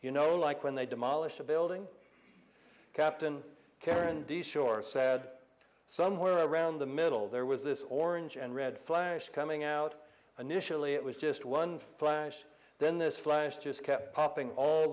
you know like when they demolish a building captain karen de shore said somewhere around the middle there was this orange and red flash coming out initially it was just one flash then this flash just kept popping all